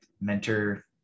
mentor